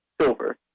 silver